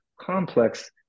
complex